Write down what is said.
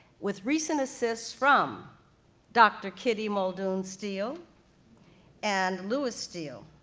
with recent assists from dr. kitty muldoon steel and lewis steel,